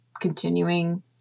continuing